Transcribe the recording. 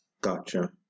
Gotcha